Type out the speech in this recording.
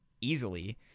easily